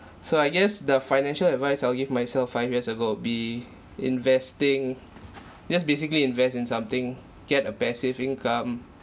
so I guess the financial advice I will give myself five years ago would be investing just basically invest in something get a passive income